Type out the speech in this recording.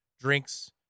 Drinks